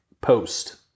post